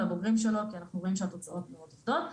הבוגרים שלו כי אנחנו רואים שהתוצאות מאוד טובות.